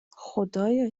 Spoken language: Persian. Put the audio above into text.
خدایا